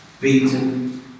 Beaten